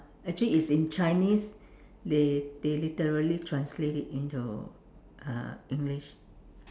actually it's in Chinese they they literally translate it into uh English